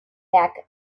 back